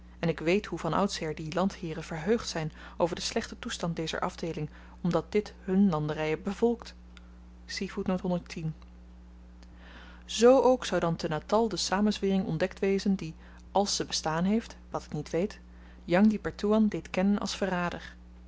en ik weet hoe van oudsher die landheeren verheugd zyn over den slechten toestand dezer afdeeling omdat dit hun landeryen bevolkt z ook zou dan te natal de samenzwering ontdekt wezen die als ze bestaan heeft wat ik niet weet jang di pertoean deed kennen als verrader